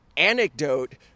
anecdote